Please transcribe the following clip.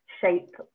shape